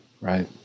right